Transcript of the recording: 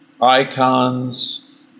icons